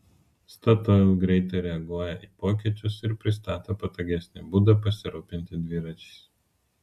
statoil greitai reaguoja į pokyčius ir pristato patogesnį būdą pasirūpinti dviračiais